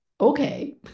okay